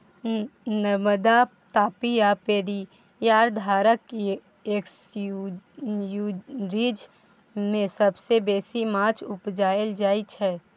नर्मदा, तापी आ पेरियार धारक एस्च्युरीज मे सबसँ बेसी माछ उपजाएल जाइ छै